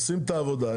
הם עושים את העבודה,